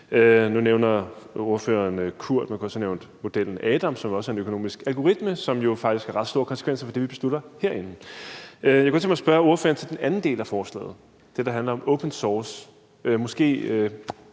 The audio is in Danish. kunne også have nævnt modellen ADAM, som også er en økonomisk algoritme, som jo faktisk har ret store konsekvenser for det, vi beslutter herinde. Jeg kunne godt tænke mig at spørge ordføreren til den anden del af forslaget, der handler om open source. Måske